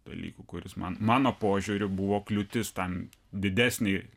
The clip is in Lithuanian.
dalykų kuris man mano požiūriu buvo kliūtis tam didesnei